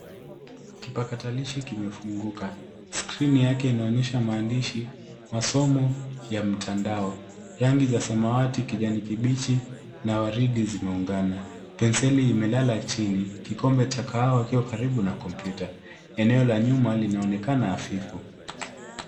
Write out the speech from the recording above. Kipakatalishi kimefunguka, skrini yake inaonyesha maandishi masomo ya mtandao. Rangi za samawati, kijani kibichi na waridi zimeungana. Penseli imelala chini, kikombe cha kahawa kiko karibu na kompyuta. Eneo la nyuma linaonekana hafifu.